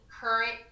current